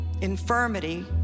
infirmity